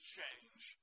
change